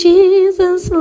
Jesus